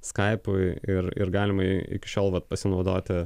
skaipu ir ir galima iki šiol vat pasinaudoti